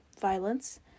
violence